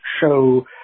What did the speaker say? show